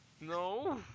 No